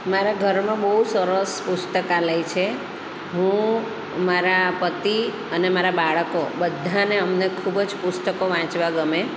મારા ઘરમાં બહુ સરસ પુસ્તકાલય છે હું મારા પતિ અને મારા બાળકો બધાને અમને ખૂબ જ પુસ્તકો વાંચવા ગમે